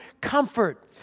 comfort